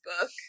book